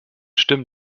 stimmen